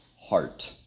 heart